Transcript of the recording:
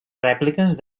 rèpliques